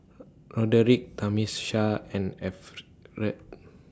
Roderick and Efren